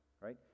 Right